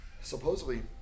supposedly